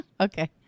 Okay